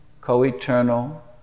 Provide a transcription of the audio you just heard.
co-eternal